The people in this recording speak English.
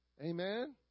Amen